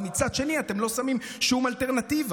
אבל מצד שני אתם לא שמים שום אלטרנטיבה.